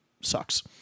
sucks